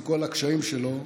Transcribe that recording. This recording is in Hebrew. עם כל הקשיים שלו,